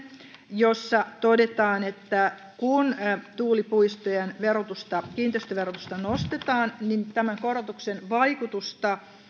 jossa todetaan että kun tuulipuistojen kiinteistöverotusta nostetaan niin tämän korotuksen vaikutusta